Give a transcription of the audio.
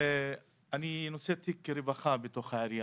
אני נושא תיק הרווחה בתוך העירייה.